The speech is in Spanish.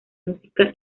música